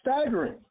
Staggering